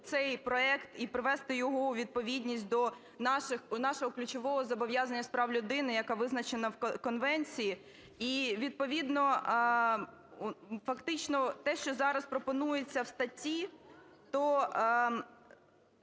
цей проект і привести його у відповідність до нашого ключового зобов'язання з прав людини, яке визначене в конвенції. І відповідно фактично те, що зараз пропонується у статті, то